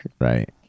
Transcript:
Right